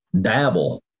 dabble